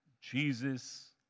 Jesus